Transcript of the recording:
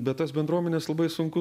bet tas bendruomenes labai sunku